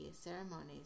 ceremonies